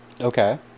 Okay